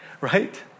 Right